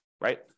Right